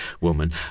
woman